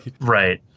Right